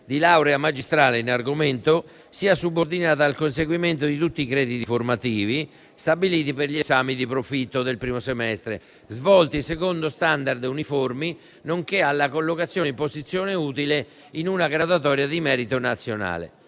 di laurea magistrale in argomento sia subordinata al conseguimento di tutti i crediti formativi stabiliti per gli esami di profitto del primo semestre, svolti secondo *standard* uniformi, nonché alla collocazione in posizione utile in una graduatoria di merito nazionale.